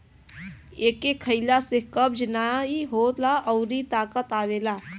एके खइला से कब्ज नाइ होला अउरी ताकत आवेला